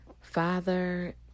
father